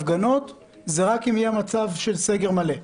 הפגנות זה יהיה רק אם יהיה מצב של סגר מלא?